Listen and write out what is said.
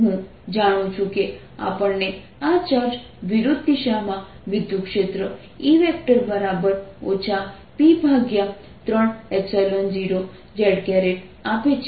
હું જાણું છું કે આપણને આ ચાર્જ વિરુદ્ધ દિશામાં વિદ્યુતક્ષેત્ર E P30z આપે છે